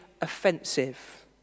offensive